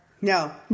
No